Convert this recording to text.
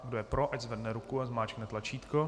Kdo je pro, ať zvedne ruku a zmáčkne tlačítko.